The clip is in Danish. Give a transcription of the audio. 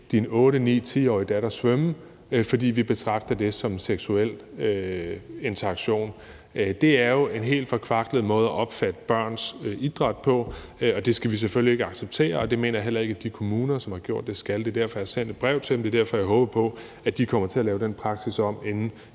din 8-9-10-årige datter svømme, fordi vi betragter det som en seksuel interaktion. Det er jo en helt forkvaklet måde at opfatte børns idræt på, og det skal vi selvfølgelig heller ikke acceptere, og det mener jeg heller ikke de kommuner, som har gjort det, skal. Det er derfor, at jeg har sendt et brev til dem, og det er derfor, at jeg håber på, at de kommer til at lave den praksis om, inden